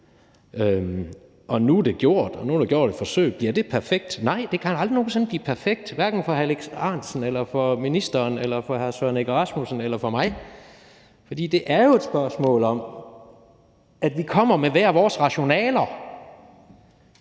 Nu er det gjort – nu er der gjort et forsøg – og bliver det perfekt? Nej, det kan da aldrig nogen sinde blive perfekt, hverken for hr. Alex Ahrendtsen, for ministeren, for hr. Søren Egge Rasmussen eller for mig, for det er jo et spørgsmål om, at vi kommer med hver vores rationaler,